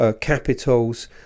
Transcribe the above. capitals